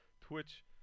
Twitch